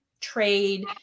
trade